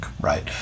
right